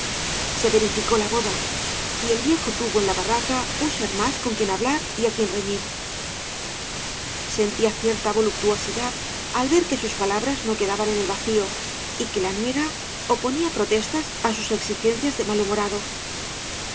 se verificó la boda y el viejo tuvo en la barraca un ser más con quien hablar y á quien reñir santía cierta voluptuosidad al ver que sus palabras no quedaban en el vacio y que la nuera oponía protestas á sus exigencias de malhumorado